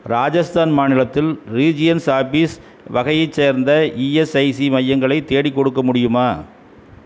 ராஜஸ்தான் மாநிலத்தில் regions office வகையைச் சேர்ந்த இஎஸ்ஐசி மையங்களை தேடிக்கொடுக்க முடியுமா